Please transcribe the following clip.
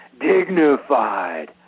dignified